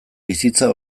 bizitza